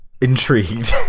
intrigued